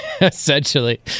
essentially